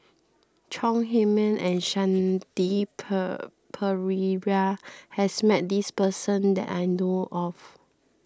Chong Heman and Shanti Pereira has met this person that I know of